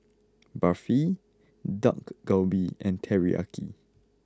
Barfi Dak Galbi and Teriyaki